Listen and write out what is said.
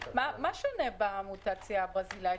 מה שונה במוטציה הברזילאית,